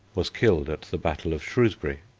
was killed at the battle of shrewsbury.